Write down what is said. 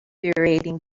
infuriating